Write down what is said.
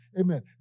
Amen